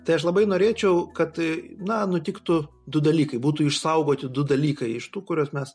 tai aš labai norėčiau kad na nutiktų du dalykai būtų išsaugoti du dalykai iš tų kuriuos mes